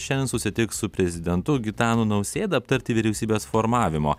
šiandien susitiks su prezidentu gitanu nausėda aptarti vyriausybės formavimo